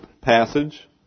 passage